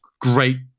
great